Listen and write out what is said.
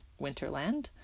Winterland